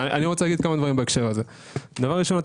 ראשית,